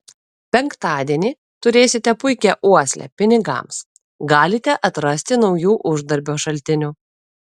penktadienį turėsite puikią uoslę pinigams galite atrasti naujų uždarbio šaltinių